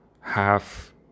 half